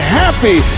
happy